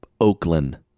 Oakland